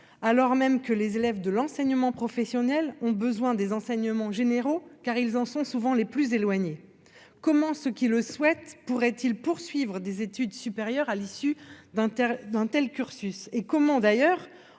alors même que les élèves de l'enseignement professionnel ont besoin des enseignements généraux, car ils en sont souvent les plus éloignés ? Comment ceux qui le souhaitent pourraient-ils poursuivre des études supérieures à l'issue d'un tel cursus ? Et comment envisager